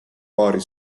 paari